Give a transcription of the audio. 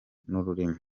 n’ururimi